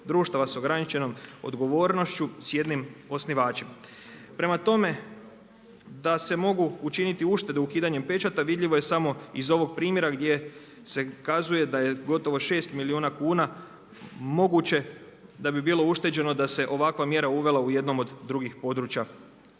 društava sa ograničenom odgovornošću sa jednim osnivačem. Prema tome, da se mogu učiniti uštede ukidanjem pečata vidljivo je samo iz ovog primjera gdje se kazuje da je gotovo 6 milijuna kuna moguće da bi bilo ušteđeno da se ovakva mjera uvela u jednom od drugih područja